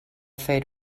fer